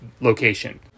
location